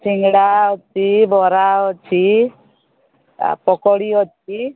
ସିଙ୍ଗଡ଼ା ଅଛି ବରା ଅଛି ଆଉ ପକୁଡ଼ି ଅଛି